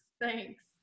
Thanks